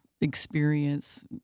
experience